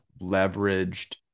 leveraged